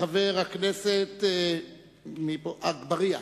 חבר הכנסת אגבאריה.